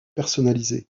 personnalisé